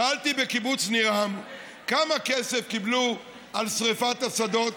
שאלתי בקיבוץ ניר עם כמה כסף קיבלו על שרפת השדות